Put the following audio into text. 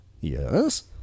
Yes